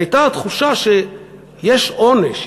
והייתה תחושה שיש עונש.